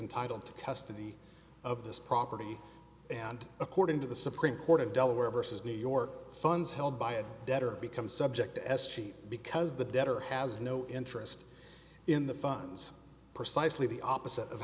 entitle to custody of this property and according to the supreme court of delaware versus new york funds held by a debtor become subject as cheap because the debtor has no interest in the funds precisely the opposite of